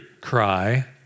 cry